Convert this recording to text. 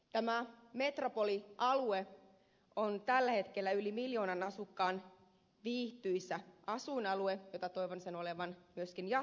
tämä metropolialue on tällä hetkellä yli miljoonan asukkaan viihtyisä asuinalue jota toivon sen olevan myöskin jatkossa